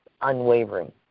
unwavering